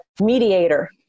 mediator